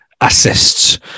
assists